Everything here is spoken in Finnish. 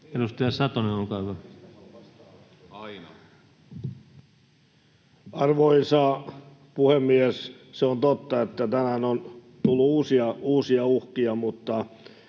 10:50 Content: Arvoisa puhemies! Se on totta, että tänään on tullut uusia uhkia, mutta